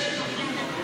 אני אשמה.